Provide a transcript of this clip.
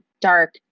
dark